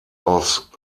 aus